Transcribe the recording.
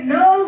no